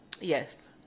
yes